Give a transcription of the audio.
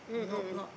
mm mm mm